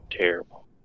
Terrible